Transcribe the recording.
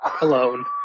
Alone